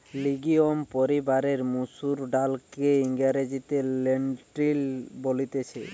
legume পরিবারের মসুর ডালকে ইংরেজিতে লেন্টিল বলতিছে